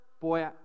boy